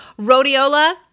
Rhodiola